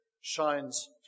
shines